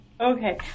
Okay